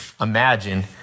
imagine